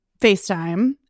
FaceTime